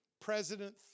President